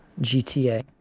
GTA